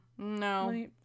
No